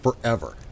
forever